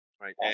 right